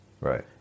Right